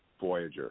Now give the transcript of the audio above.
Voyager